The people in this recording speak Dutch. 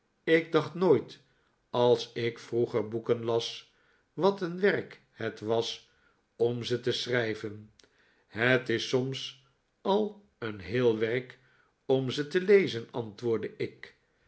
ik dacht nooit als ik vroeger boeken las wat een werk het was om ze te schrijven het is soms al een heel werk om ze te lezen antwoordde ik